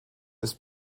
ist